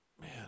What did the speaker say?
man